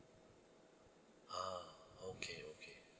ah okay okay